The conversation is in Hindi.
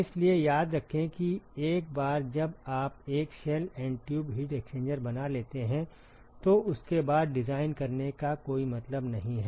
इसलिए याद रखें कि एक बार जब आप एक shell and tube heat exchanger बना लेते हैं तो उसके बाद डिजाइन तैयार करने का कोई मतलब नहीं है